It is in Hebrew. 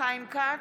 חיים כץ,